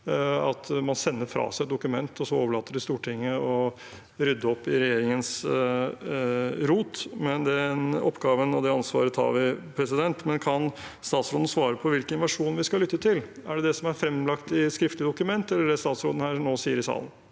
at man sender fra seg et dokument og så overlater til Stortinget å rydde opp i regjeringens rot. Den oppgaven og det ansvaret tar vi, men kan statsråden svare på hvilken versjon vi skal lytte til? Er det den som er fremlagt i et skriftlig dokument, eller det statsråden nå sier i salen?